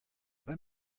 let